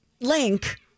link